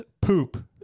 poop